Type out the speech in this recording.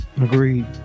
Agreed